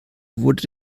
wurde